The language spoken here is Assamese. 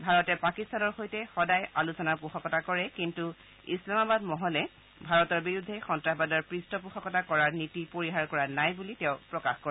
ভাৰতে পাকিস্তানৰ সৈতে সদায় আলোচনাৰ পোষকতা কৰে কিন্তু ইছলামাবাদ মহলে ভাৰতৰ বিৰুদ্ধে সন্নাসবাদৰ পৃষ্ঠপোষকতা কৰাৰ নীতি পৰিহাৰ কৰা নাই বুলি তেওঁ প্ৰকাশ কৰে